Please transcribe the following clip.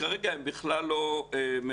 שכרגע הם בכלל לא ממומנים,